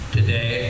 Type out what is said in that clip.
today